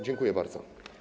Dziękuję bardzo.